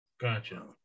gotcha